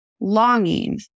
longing